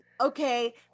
okay